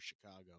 Chicago